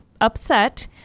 upset